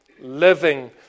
living